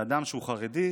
לאדם שהוא חרדי,